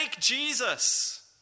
Jesus